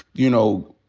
you know,